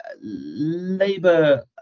Labour